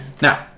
Now